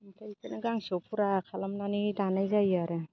ओमफ्राय इखोनो गांसेयाव फुरा खालामनानै दानाय जायो आरो